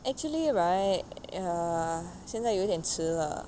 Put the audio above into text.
actually right err 现在有点迟了